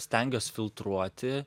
stengiuos filtruoti